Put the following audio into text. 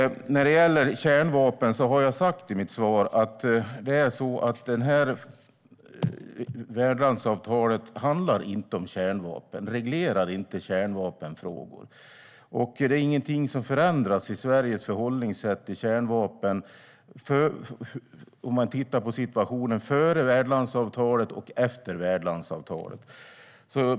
När det gäller kärnvapen har jag sagt i mitt svar att värdlandsavtalet inte handlar om kärnvapen och inte reglerar kärnvapenfrågor. Ingenting förändras i Sveriges förhållningssätt till kärnvapen i och med värdlandsavtalet.